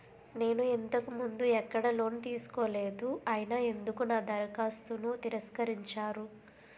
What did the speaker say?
నేను ఇంతకు ముందు ఎక్కడ లోన్ తీసుకోలేదు అయినా ఎందుకు నా దరఖాస్తును తిరస్కరించారు?